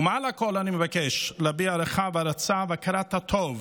מעל הכול אני מבקש להביע הערכה, הערצה והכרת הטוב